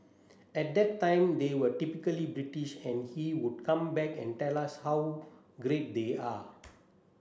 at that time they were typically British and he would come back and tell us how great they are